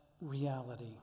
reality